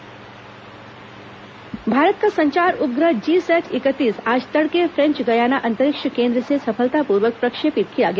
संचार उपग्रह प्रक्षेपण भारत का संचार उपग्रह जीसैट इकतीस आज तड़के फ्रेंच गयाना अंतरिक्ष केन्द्र से सफलतापूर्वक प्रक्षेपित किया गया